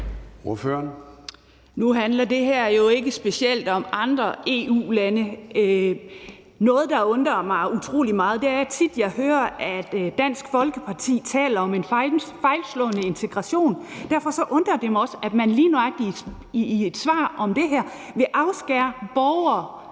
Nu handler det her jo ikke specielt om andre EU-lande. Noget, der undrer mig utrolig meget, er, at jeg tit hører, at Dansk Folkeparti taler om en fejlslagen integration. Derfor undrer det mig også, at man lige nøjagtig i et svar på det her siger, at man vil afskære borgere